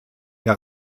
der